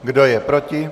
Kdo je proti?